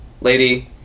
lady